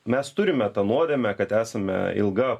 mes turime tą nuodėmę kad esame ilga